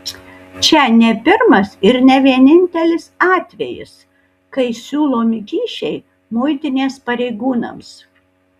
čia ne pirmas ir ne vienintelis atvejis kai siūlomi kyšiai muitinės pareigūnams